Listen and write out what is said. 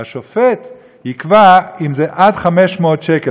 והשופט יקבע אם זה עד 500 שקל.